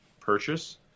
purchase